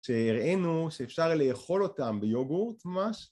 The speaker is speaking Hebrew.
שהראינו שאפשר לאכול אותם ביוגורט ממש.